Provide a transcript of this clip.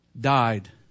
died